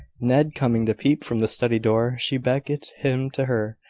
ned coming to peep from the study-door, she beckoned him to her,